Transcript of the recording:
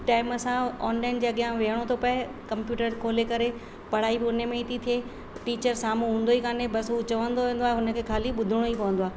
time सां online जे अॻियां वेहणो थो पए कंप्यूटर खोले करे पढ़ाई बि उन में ई थी थिए टीचर साम्हूं हूंदो ई कोन्हे बसि उहो चवंदो वेंदो आहे हुन खे खाली ॿुधिणो ई पवंदो आहे